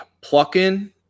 plucking